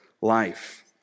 life